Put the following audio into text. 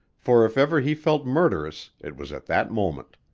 for if ever he felt murderous it was at that moment.